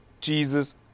Jesus